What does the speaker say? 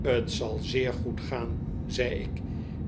het zal zeer goed gaan zei ik